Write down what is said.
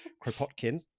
kropotkin